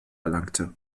erlangte